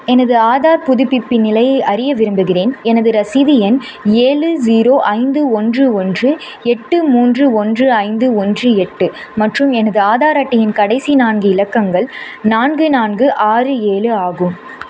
எனது ஆதார் புதுப்பிப்பின் நிலையை அறிய விரும்புகிறேன் எனது ரசீது எண் ஏழு ஜீரோ ஐந்து ஒன்று ஒன்று எட்டு மூன்று ஒன்று ஐந்து ஒன்று எட்டு மற்றும் எனது ஆதார் அட்டையின் கடைசி நான்கு இலக்கங்கள் நான்கு நான்கு ஆறு ஏழு ஆகும்